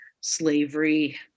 slavery